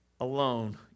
alone